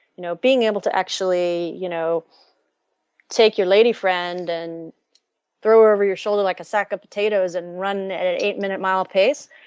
you know being able to actually you know take your lady friend and throw her over your shoulder like a sack of potatoes and run at at eight-minute mile pace,